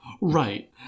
Right